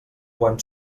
quan